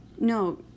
No